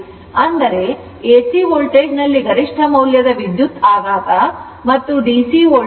ಅಂದರೆ ಎಸಿ ವೋಲ್ಟೇಜ್ನಲ್ಲಿ ಗರಿಷ್ಠ ಮೌಲ್ಯದ ವಿದ್ಯುತ್ ಆಘಾತ ಮತ್ತು ಡಿಸಿ ವೋಲ್ಟೇಜ್ 220 ಅನ್ನು ಪಡೆಯುತ್ತದೆ